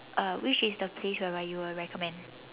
uh which is the place whereby you will recommend